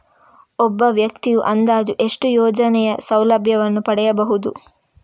ಒಬ್ಬ ವ್ಯಕ್ತಿಯು ಅಂದಾಜು ಎಷ್ಟು ಯೋಜನೆಯ ಸೌಲಭ್ಯವನ್ನು ಪಡೆಯಬಹುದು?